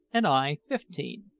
and i fifteen.